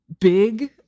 big